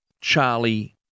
Charlie